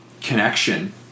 connection